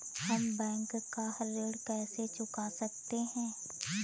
हम बैंक का ऋण कैसे चुका सकते हैं?